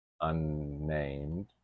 unnamed